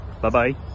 Bye-bye